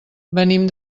venim